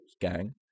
gang